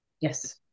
Yes